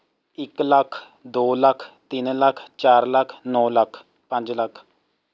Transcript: ਇੱਕ ਲੱਖ ਦੋ ਲੱਖ ਤਿੰਨ ਲੱਖ ਚਾਰ ਲੱਖ ਨੌਂ ਲੱਖ ਪੰਜ ਲੱਖ